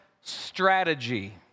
strategy